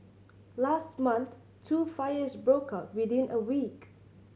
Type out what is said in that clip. last month two fires broke out within a week